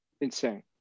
insane